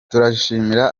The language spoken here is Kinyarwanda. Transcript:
turashimira